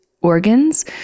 organs